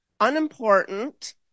unimportant